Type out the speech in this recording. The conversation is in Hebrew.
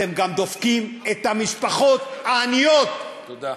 אתם גם דופקים את המשפחות העניות, תודה.